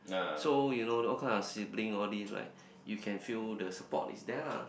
so you know all kind of sibling all these like you can feel the support is there lah